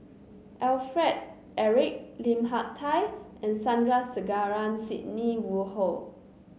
Alfred Eric Lim Hak Tai and Sandrasegaran Sidney Woodhull